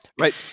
Right